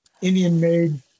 Indian-made